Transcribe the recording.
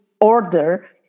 order